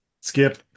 skip